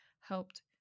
helped